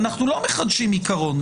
אנחנו לא מחדשים עיקרון.